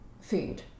food